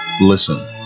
Listen